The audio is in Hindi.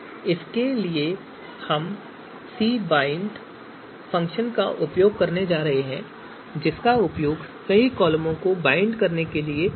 इसके लिए हम cbind फंक्शन का उपयोग करने जा रहे हैं जिसका उपयोग कई कॉलमों को बाइंड करने के लिए किया जाता है